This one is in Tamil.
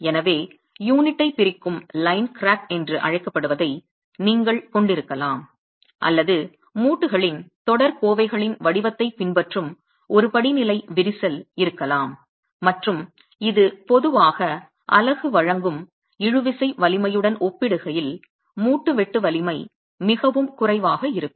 எனவே யூனிட்டைப் பிரிக்கும் லைன் கிராக் என்று அழைக்கப்படுவதை நீங்கள் கொண்டிருக்கலாம் அல்லது மூட்டுகளின் தொடர் கோவைகளின் வடிவத்தைப் பின்பற்றும் ஒரு படிநிலை விரிசல் இருக்கலாம் மற்றும் இது பொதுவாக அலகு வழங்கும் இழுவிசை வலிமையுடன் ஒப்பிடுகையில் மூட்டு வெட்டு வலிமை மிகவும் குறைவாக இருக்கும்